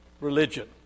religion